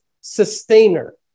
sustainer